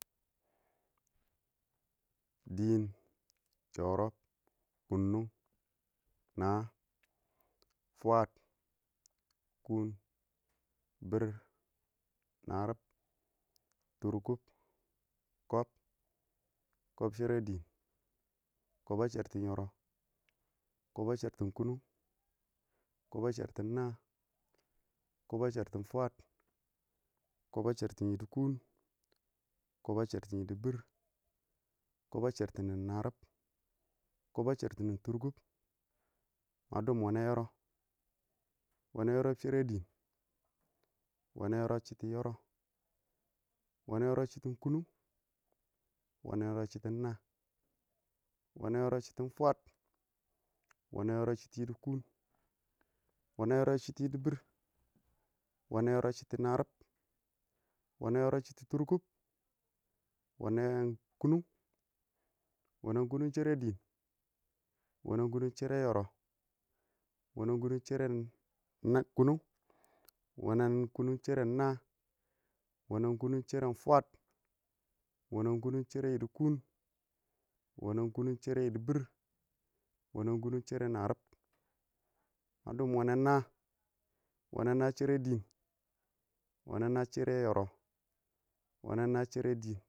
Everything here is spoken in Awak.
dɪɪn yɔɔrɔb, kʊnnʊ naah, fwas, kuun, bɪɪrr, naarib, tʊrkʊbs, kɔb, kɔb shɛrɛ dɪɪn, kɔb a shɛrtɪn yarɔb, kɔb a shɛrtɪn kʊnʊn kɔb a sɛrtin naah, kɔb a shɛrtɪn naah, kɔb a shɛrtɪn fwaad kɔb a shɛrtɪn yidi kuun, kɔb a shɛrtɪ yidi bɪɪr, kɔb a shɛrtin naarib kɔb a shɛrtɪn tʊrkʊb, ma dʊm wanɛ yɔrɔ, wanɛ yɔrɔ shɛrɛ dɪɪn wanɛ yarɔ shʊti yɔrɔ wanɛ yɔrɔ shitin kʊnʊng winɛ yarɔ shitin naa winɛ nyɔrɔ shitin fwaad wene yɔrɔ shitin yɪ kuun wanɛ yɔrɔ shitinyid bwiir wene yɔrɔb shʊtin narɪb wanɛng yorob shɪtɪ tʊrkʊb, wwɛnɛng kʊnʊng, wene kʊnʊng shere diɪn, wene kunung shere yorob,, wene kunung shitɪ kunung, wene kunung shitin naa, wenen kunung shiti fwaad, wenen kunung shiti yidi kuun, wene kunung shiti yidi biir, wenen kunung shiti narib, wenen kunung shiti turkub, ma dʊm wenen naa, wene naa shere dɪɪn,wenen naa shere yorob,